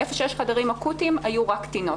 ואיפה שיש חדרים אקוטיים היו רק קטינות.